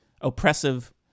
oppressive